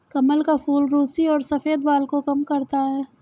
कमल का फूल रुसी और सफ़ेद बाल को कम करता है